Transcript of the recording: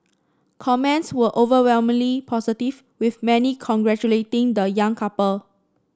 comments were overwhelmingly positive with many congratulating the young couple